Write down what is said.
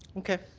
okay.